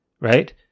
right